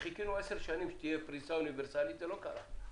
חיכינו עשר שנים שתהיה פריסה אוניברסלית אבל זה לא קרה.